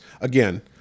again